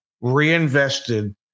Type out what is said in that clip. reinvested